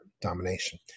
domination